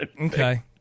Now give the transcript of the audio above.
Okay